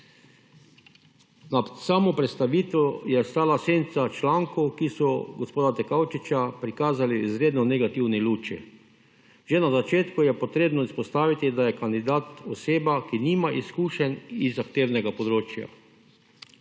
Za samo predstavitev je stala senca člankov, ki so gospoda Dikaučiča prikazali v izredno negativni luči. Že na začetku je potrebno izpostaviti, da je kandidat oseba, ki nima izkušenj iz zahtevnega področja.